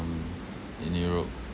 um in europe